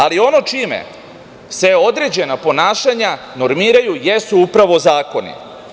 Ali, ono čime se određena ponašanja normiraju jesu upravo zakoni.